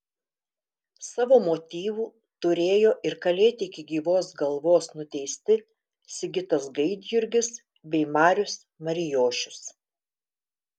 savo motyvų turėjo ir kalėti iki gyvos galvos nuteisti sigitas gaidjurgis bei marius marijošius